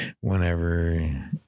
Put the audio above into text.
whenever